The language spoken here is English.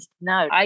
No